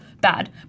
bad